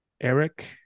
Eric